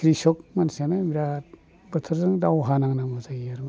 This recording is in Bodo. क्रिसक मानसिफोरानो बोथोरजों दावहा नांनांगौ जायो आरोमा